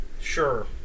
Sure